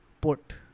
put